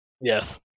Yes